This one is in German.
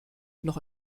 noch